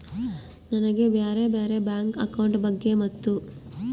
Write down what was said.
ನನಗೆ ಬ್ಯಾರೆ ಬ್ಯಾರೆ ಬ್ಯಾಂಕ್ ಅಕೌಂಟ್ ಬಗ್ಗೆ ಮತ್ತು?